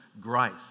grace